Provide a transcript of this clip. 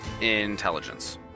intelligence